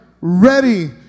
ready